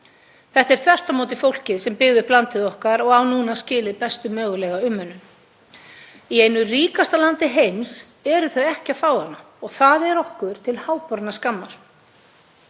Þetta er þvert á móti fólkið sem byggði upp landið okkar og á núna skilið bestu mögulega umönnun. Í einu ríkasta landi heims eru þau ekki að fá hana og það er okkur til háborinnar skammar.